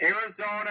Arizona